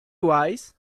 wise